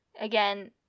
Again